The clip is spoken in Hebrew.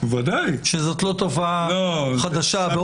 שזאת לא תופעה חדשה.